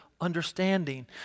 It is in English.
understanding